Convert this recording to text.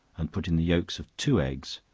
and put in the yelks of two eggs,